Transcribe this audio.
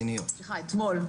סליחה לא היום אלא אתמול,